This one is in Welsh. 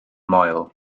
moel